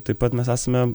taip pat mes esame